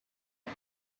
one